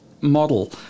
model